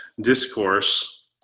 discourse